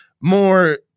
more